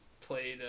played